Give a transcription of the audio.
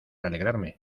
alegrarme